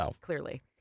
Clearly